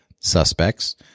suspects